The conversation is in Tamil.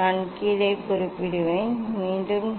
நான் கீழே குறிப்பிடுவேன் மீண்டும்